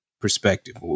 perspective